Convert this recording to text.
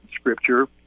Scripture